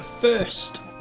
first